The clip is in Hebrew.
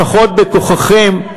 לפחות בכוחכם,